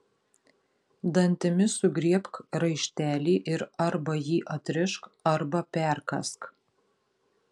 dantimis sugriebk raištelį ir arba jį atrišk arba perkąsk